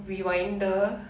rewinder